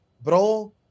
bro